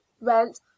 rent